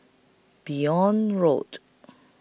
Benoi Road